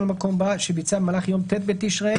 למקום" בא "שביצע במהלך יום ט' בתשרי